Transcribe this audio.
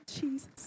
Jesus